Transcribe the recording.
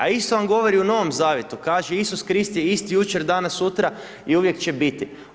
A isto vam govori i u Novom Zavjetu, kaže Isus Krist je isti jučer, danas, sutra i uvijek će biti.